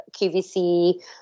QVC